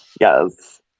Yes